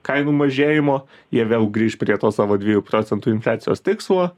kainų mažėjimo jie vėl grįš prie to savo dviejų procentų infliacijos tikslo